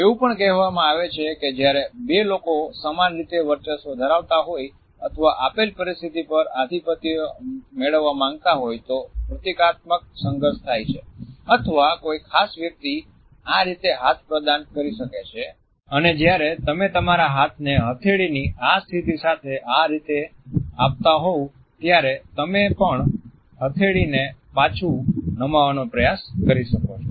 એવું પણ કહેવામાં આવે છે કે જ્યારે બે લોકો સમાન રીતે વર્ચસ્વ ધરાવતા હોય અથવા આપેલ પરિસ્થિતિ પર આધિપત્ય મેળવવા માંગતા હોય તો પ્રતીકાત્મક સંઘર્ષ થાય છે અથવા કોઈ ખાસ વ્યક્તિ આ રીતે હાથ પ્રદાન કરી શકે છે અને જ્યારે તમે તમારા હાથને હથેળીની આ સ્થિતિ સાથે આ રીતે આપતા હોવ ત્યારે તમે પણ હથેળી ને પાછું નમવાનો પ્રયાસ કરી શકો છો